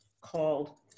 called